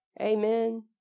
Amen